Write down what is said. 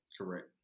Correct